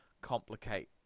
complicate